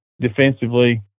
defensively